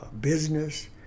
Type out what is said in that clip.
business